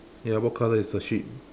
ya what colour is the sheep